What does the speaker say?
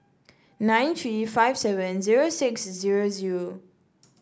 nine three five seven zero six zero zero